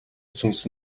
сүнс